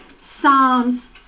Psalms